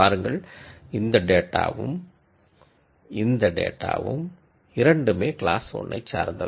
பாருங்கள் இந்த டேட்டாவும் இந்த டேட்டாவும் இரண்டுமே கிளாஸ் 1 ஐ சார்ந்தவை